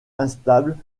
instables